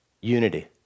unity